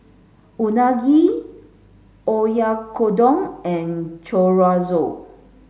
Unagi Oyakodon and Chorizo